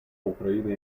украины